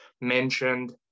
mentioned